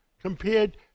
compared